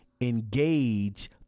engage